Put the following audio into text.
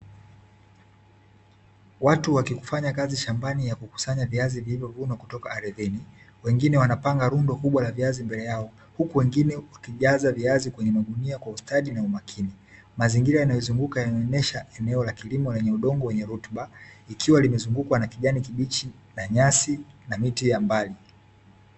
Watu wakifanya kazi shambani ya kukusanya viazi vilivyovunwa kutoka ardhini, wengine wanapanga rundo kubwa la viazi mbele yao, huku wengine wakijaza viazi kwenye magunia kwa ustadi na umakini, mazingira yanayozunguka yanaonyesha eneo la kilimo lenye udongo wenye rutuba, ikiwa limezungukwa na kijani kibichi na nyasi na miti ya mbali.